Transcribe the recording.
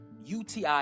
UTI